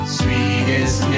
sweetest